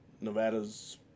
Nevada's